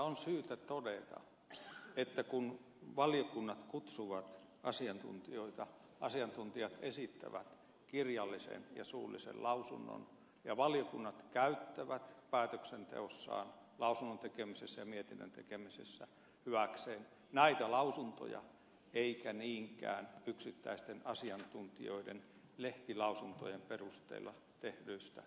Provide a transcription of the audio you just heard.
on syytä todeta että kun valiokunnat kutsuvat asiantuntijoita asiantuntijat esittävät kirjallisen ja suullisen lausunnon ja valiokunnat käyttävät päätöksenteossaan lausunnon tekemisessä ja mietinnön tekemisessä hyväkseen näitä lausuntoja eikä niinkään yksittäisten asiantuntijoiden lehtilausuntojen perusteella tehtyjä juttuja